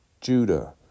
Judah